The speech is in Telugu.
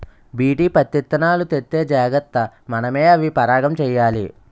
బీటీ పత్తిత్తనాలు తెత్తే జాగ్రతగా మనమే అవి పరాగం చెయ్యాలి